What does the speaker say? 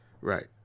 right